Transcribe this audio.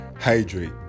hydrate